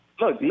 Look